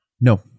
No